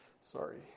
Sorry